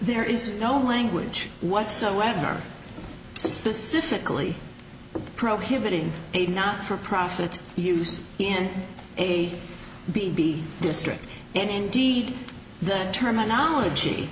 there is no language whatsoever specifically prohibiting a not for profit use the n a b b district and indeed the terminology